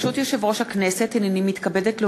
ברשות יושב-ראש הכנסת, הנני מתכבדת להודיעכם,